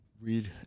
read